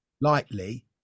lightly